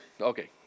Okay